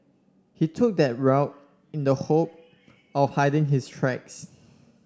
he took that route in the hope of hiding his tracks